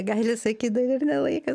gali sakyt ne laikas